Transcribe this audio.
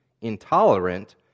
intolerant